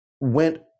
went